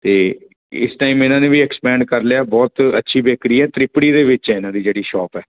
ਅਤੇ ਇਸ ਟਾਈਮ ਇਹਨਾਂ ਨੇ ਵੀ ਐਕਸਪੈਂਡ ਕਰ ਲਿਆ ਬਹੁਤ ਅੱਛੀ ਬੇਕਰੀ ਹੈ ਤ੍ਰਿਪੜੀ ਦੇ ਵਿੱਚ ਹੈ ਇਹਨਾਂ ਦੀ ਜਿਹੜੀ ਸ਼ੋਪ ਹੈ